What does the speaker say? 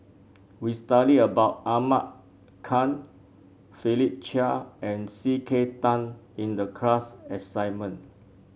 we study about Ahmad Khan Philip Chia and C K Tang in the class assignment